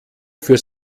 für